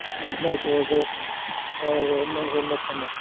ಹದಿನಾಲ್ಕು ಆಗೋಸ್ಟ್ ಸಾವಿರದ ಒಂಬೈನೂರ ಎಂಬತ್ತೊಂಬತ್ತು